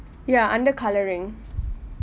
ya under colouring